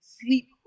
sleep